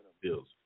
bills